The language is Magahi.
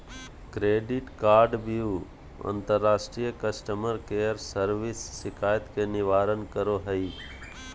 क्रेडिट कार्डव्यू अंतर्राष्ट्रीय कस्टमर केयर सर्विस शिकायत के निवारण करो हइ